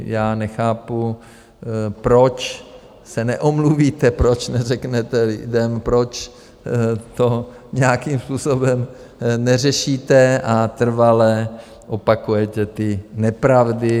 Já nechápu, proč se neomluvíte, proč neřeknete lidem, proč to nějakým způsobem neřešíte a trvale opakujete ty nepravdy.